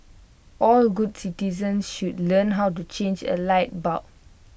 all good citizens should learn how to change A light bulb